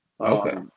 Okay